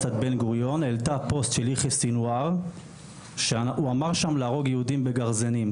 האלימות קרתה ליד דוכן "אם תרצו" כאשר הסטודנט עבר משם.